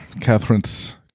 Catherine's